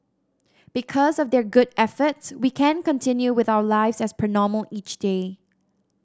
because of their good efforts we can continue with our lives as per normal each day